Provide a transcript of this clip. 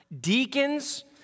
deacons